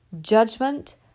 judgment